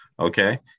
Okay